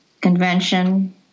convention